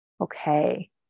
okay